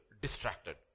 distracted